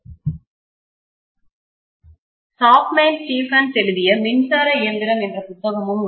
Chapman Stephens எழுதிய மின்சார இயந்திரம் என்ற புத்தகமும் உள்ளது